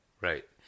Right